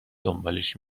دنبالش